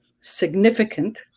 significant